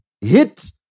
Hit